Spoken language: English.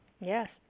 Yes